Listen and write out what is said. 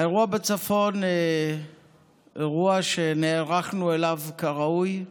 האירוע בצפון הוא אירוע שנערכנו אליו כראוי.